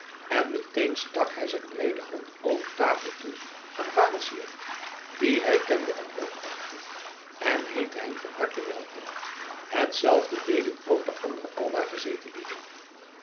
en meteen stak hij zijn breede hand over tafel toe aan vader syard dien hij kende en hoogachtte en heette hem van harte welkom hetzelfde deden ook de overige aldaar gezeten lieden